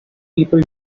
people